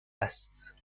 است